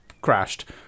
crashed